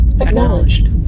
Acknowledged